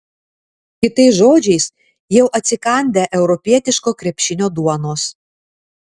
kitais žodžiais jau atsikandę europietiško krepšinio duonos